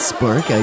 Spark